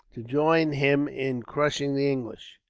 to join him in crushing the english.